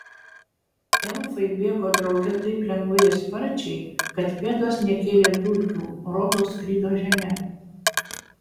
elfai bėgo drauge taip lengvai ir sparčiai kad pėdos nekėlė dulkių rodos skrido žeme